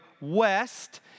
west